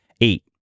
Eight